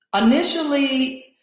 initially